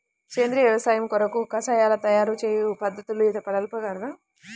సేంద్రియ వ్యవసాయము కొరకు కషాయాల తయారు చేయు పద్ధతులు తెలుపగలరు?